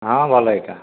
ହଁ ଭଲ ଇଟା